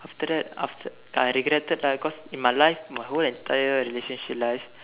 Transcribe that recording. after that after I regretted lah cause in my life in my whole entire relationship life